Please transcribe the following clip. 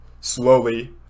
slowly